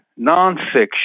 nonfiction